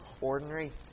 ordinary